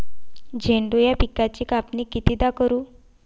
झेंडू या पिकाची कापनी कितीदा करू?